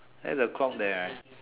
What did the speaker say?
there's a clock there right